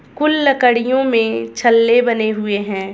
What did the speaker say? कुछ लकड़ियों में छल्ले बने हुए होते हैं